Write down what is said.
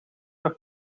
nog